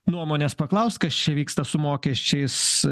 nuomonės paklaust kas čia vyksta su mokesčiais